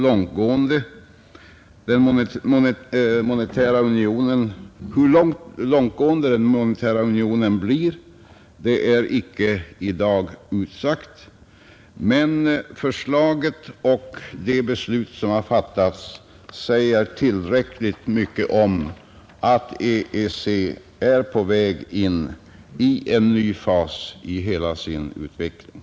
Hur långtgående den monetära unionen blir är icke i dag utsagt, men förslaget och de beslut som har fattats säger tillräckligt mycket om att EEC är på väg in i en ny fas i hela sin utveckling.